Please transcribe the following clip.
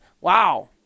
Wow